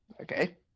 Okay